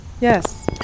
Yes